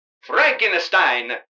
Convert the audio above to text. Frankenstein